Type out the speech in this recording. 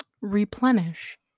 replenish